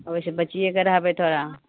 ओहिसँ बचियेके रहबै थोड़ा